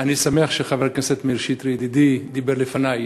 אני שמח שחבר הכנסת מאיר שטרית ידידי דיבר לפני.